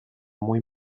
muy